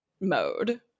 mode